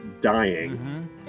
dying